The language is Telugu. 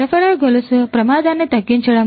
సరఫరా గొలుసు ప్రమాదాన్ని తగ్గించడం